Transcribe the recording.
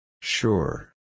Sure